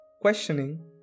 questioning